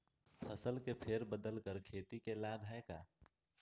फसल के फेर बदल कर खेती के लाभ है का?